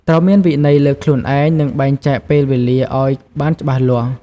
ត្រូវមានវិន័យលើខ្លួនឯង និងបែងចែកពេលវេលាឱ្យបានច្បាស់លាស់។